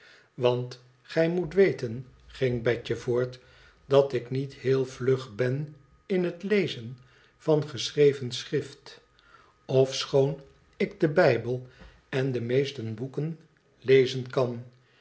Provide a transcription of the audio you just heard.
want gij moeten weten ging betje voort t dat ik niet heel vlug ben in het lezen van geschreven schrift ofechoon ik den bijbel en de meeste boeken lezen kan